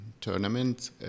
tournament